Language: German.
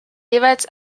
jeweils